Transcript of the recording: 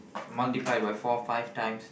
multiple by four five times